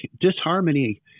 disharmony